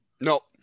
Nope